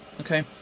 okay